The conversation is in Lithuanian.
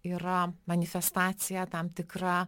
yra manifestacija tam tikra